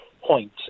point